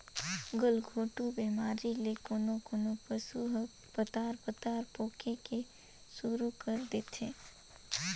गलघोंटू बेमारी ले कोनों कोनों पसु ह पतार पतार पोके के सुरु कर देथे